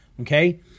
okay